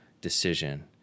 Decision